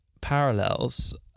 parallels